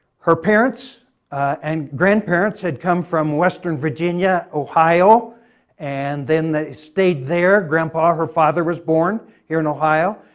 her parents and grandparents had come from western virginia, ohio and then they stayed there. grandpa, her father was born here in ohio.